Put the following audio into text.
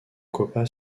copa